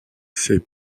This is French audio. ses